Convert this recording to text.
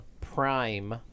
prime